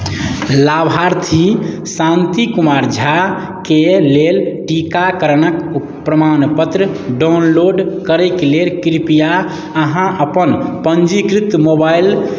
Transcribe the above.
लाभार्थी शान्ति कुमार झाके लेल टीकाकरणक प्रमाणपत्र डाउनलोड करैक लेल कृपया अहाँ अपन पञ्जीकृत मोबाइल